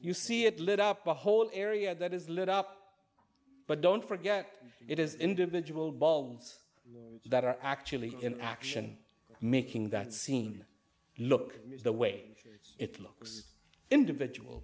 you see it lit up a whole area that is lit up but don't forget it is individual balls that are actually in action making that scene look is the way it looks individual